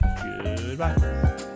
Goodbye